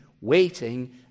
waiting